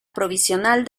provisional